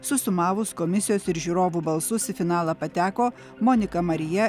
susumavus komisijos ir žiūrovų balsus į finalą pateko monika marija